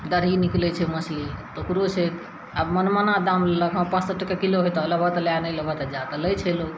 डरही निकलै छै मछली तऽ ओकरो छै आब मनमना दाम ललक हँ पाँच सए टके किलो हेतऽ लेबहऽ तऽ लए नहि लेबहऽ तऽ जा तऽ लए छै लोग